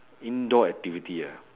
indoor activity ah